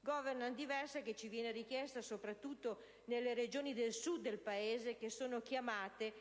*governance* diversa che ci viene richiesta soprattutto nelle Regioni del Sud del Paese, che sono chiamate